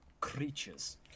creatures